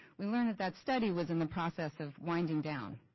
we learned that study was in the process of winding down.